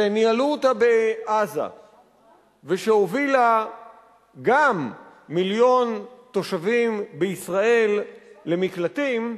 שניהלו אותה בעזה ושהובילה גם מיליון תושבים בישראל למקלטים,